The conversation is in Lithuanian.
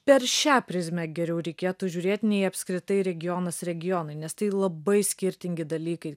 per šią prizmę geriau reikėtų žiūrėt nei apskritai regionas regionai nes tai labai skirtingi dalykai